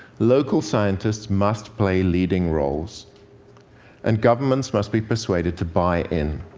local scientists must play leading roles and governments must be persuaded to buy in.